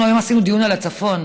אנחנו היום עשינו דיון על הצפון,